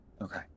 Okay